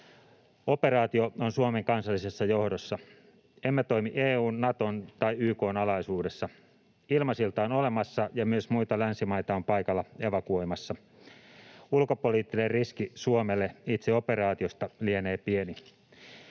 Operaatio on Suomen kansallisessa johdossa, emme toimi EU:n, Naton tai YK:n alaisuudessa. Ilmasilta on olemassa, ja myös muita länsimaita on paikalla evakuoimassa. Ulkopoliittinen riski Suomelle itse operaatiosta lienee pieni.